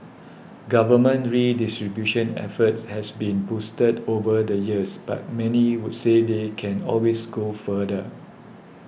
government redistribution efforts have been boosted over the years but many would say they can always go further